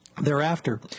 Thereafter